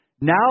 Now